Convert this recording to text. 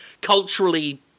culturally